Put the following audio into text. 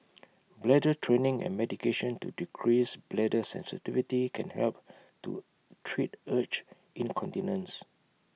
bladder training and medication to decrease bladder sensitivity can help to treat urge incontinence